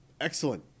excellent